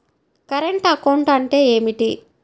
Current account అంటే ఏమిటి?